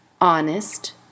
honest